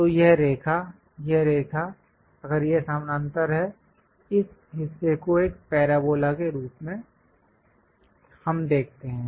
तो यह रेखा यह रेखा अगर यह समानांतर है इस हिस्से को एक पैराबोला के रूप में हम देखते हैं